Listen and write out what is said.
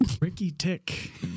Ricky-tick